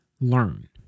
learn